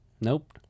nope